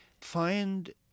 Find